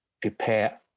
prepare